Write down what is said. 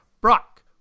Brock